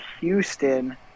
Houston